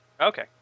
Okay